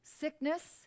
sickness